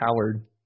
Howard